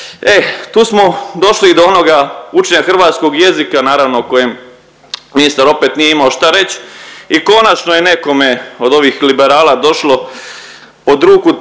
tu smo došli i do onoga učenja hrvatskog jezika naravno o kojem ministar opet nije imao šta reć i konačno je nekome od ovih liberala došlo pod ruku